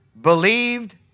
believed